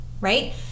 right